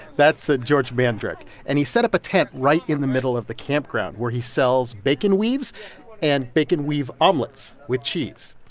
that's george mandrik. and he set up a tent right in the middle of the campground where he sells bacon weaves and bacon weave omelets with cheese.